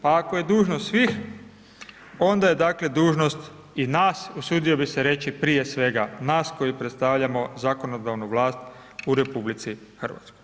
Pa ako je dužnost svih, onda je dakle dužnost i nas, usudio bih se reći prije svega nas koji predstavljamo zakonodavnu vlast u RH.